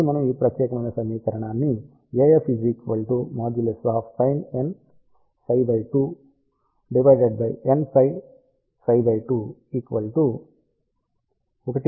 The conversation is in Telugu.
మళ్ళీ మనం ఈ ప్రత్యేకమైన సమీకరణాన్ని ని ఉపయోగించవచ్చు